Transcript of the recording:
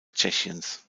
tschechiens